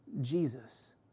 Jesus